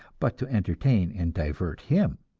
but to entertain and divert him.